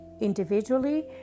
individually